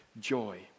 joy